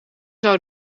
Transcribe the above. zou